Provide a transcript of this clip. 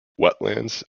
wetlands